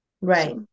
Right